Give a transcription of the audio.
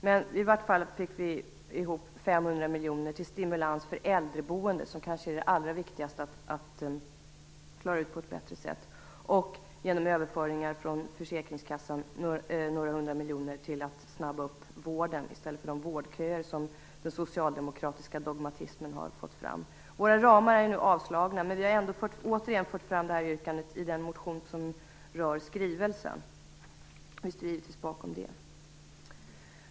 Men vi fick i vart fall ihop 500 miljoner till stimulans för äldreboende, som kanske är det allra viktigaste att klara på ett bättre sätt, och genom överföringar från försäkringskassan kunde vi avsätta några hundra miljoner till att snabba upp vården i stället för att ha de vårdköer som den socialdemokratiska dogmatismen har lett till. Våra förslag till ramar är avslagna, men vi har ändå återigen fört fram det här yrkandet i den motion som rör skrivelsen. Vi står givetvis bakom det.